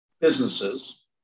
businesses